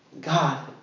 God